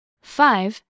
Five